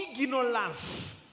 ignorance